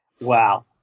Wow